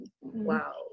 wow